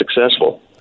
successful